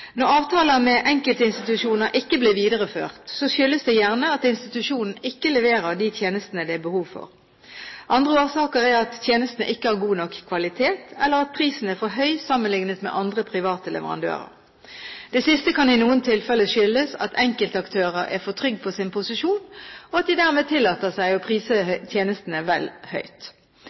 Når avtaler med enkeltinstitusjoner ikke blir videreført, skyldes det gjerne at institusjonen ikke leverer de tjenestene det er behov for. Andre årsaker er at tjenestene ikke har god nok kvalitet, eller at prisen er for høy sammenlignet med andre private leverandører. Det siste kan i noen tilfeller skyldes at enkeltaktører er for trygge på sin posisjon, og at de dermed tillater seg å prise tjenestene vel høyt.